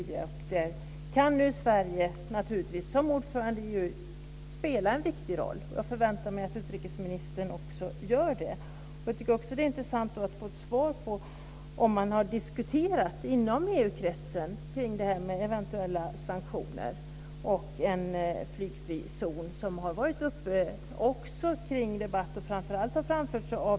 Kan nu Sverige som ordförande i EU spela en viktig roll här? Jag förväntar mig att utrikesministern också ser till att åstadkomma detta. Det vore också intressant att få ett svar på frågan om man inom EU kretsen har diskuterat frågan om eventuella sanktioner och en flygfri zon.